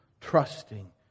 trusting